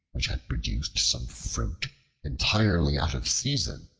which had produced some fruit entirely out of season,